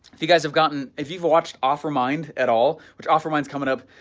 if you guys have gotten, if you've watched offermind at all, which offermind's coming up,